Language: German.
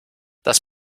das